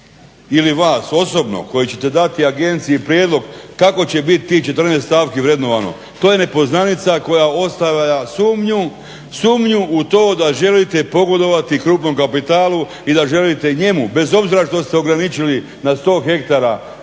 ili vas osobno koji ćete dati agenciji prijedlog kako će biti ih 14 stavki vrednovano? To je nepoznanica koja ostavlja sumnju, sumnju u to da želite pogodovati krupnom kapitalu i da želite njemu bez obzira što ste ograničili na 100ha zemljište